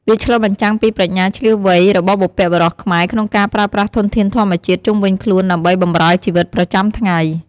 វាឆ្លុះបញ្ចាំងពីប្រាជ្ញាឈ្លាសវៃរបស់បុព្វបុរសខ្មែរក្នុងការប្រើប្រាស់ធនធានធម្មជាតិជុំវិញខ្លួនដើម្បីបម្រើជីវិតប្រចាំថ្ងៃ។